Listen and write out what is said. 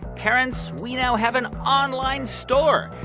parents, we now have an online store.